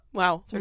wow